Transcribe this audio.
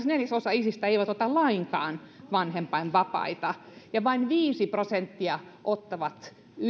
neljäsosa isistä ei ota lainkaan vanhempainvapaita ja vain viisi prosenttia ottaa